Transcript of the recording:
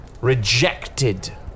rejected